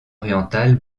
orientale